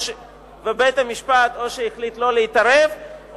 או שהחליט לא להתערב,